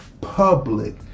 public